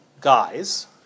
guys